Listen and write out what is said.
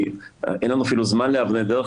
אין לנו אפילו זמן לאבני דרך,